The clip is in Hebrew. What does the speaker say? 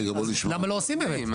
למה לא עושים באמת?